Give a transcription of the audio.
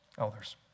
Elders